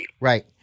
right